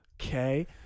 okay